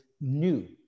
new